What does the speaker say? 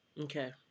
Okay